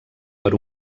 per